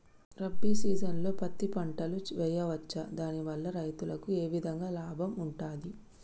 రబీ సీజన్లో పత్తి పంటలు వేయచ్చా దాని వల్ల రైతులకు ఏ విధంగా లాభం ఉంటది?